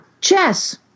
chess